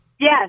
Yes